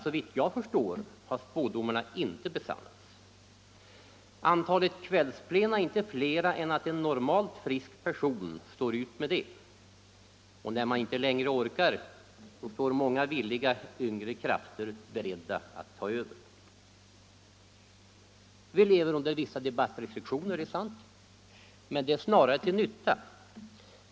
Såvitt jag förstår har spådomarna inte besannats. Antalet kvällsplena är inte större än att en normalt frisk person står ut med dem. När man inte längre orkar står många villiga, yngre krafter beredda att ta över. Vi lever under vissa debattrestriktioner, det är sant, men det är snarast till nytta.